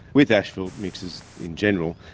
with asphalt mixes in general,